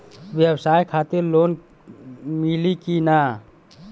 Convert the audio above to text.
ब्यवसाय खातिर लोन मिली कि ना?